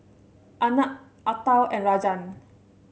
Anand Atal and Rajan